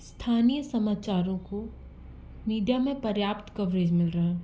स्थानीय समाचारों को मीडिया में पर्याप्त कवरेज मिल रहा है